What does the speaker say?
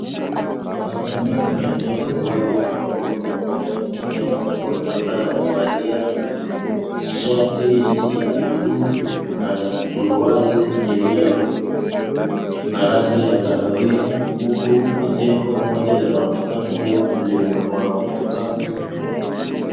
Hapa ni eno wazi ambapo tunaona kijana mmoja ambaye amevalia shati ya buluu na suruali iliyo na rangi ya kahawia huku jengo moja linaonekana kuwa limeporomoka.